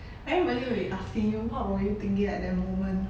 everybody will be asking you what will you thinking at that moment